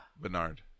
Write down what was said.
Bernard